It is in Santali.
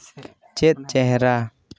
ᱪᱮᱫ ᱪᱮᱦᱨᱟ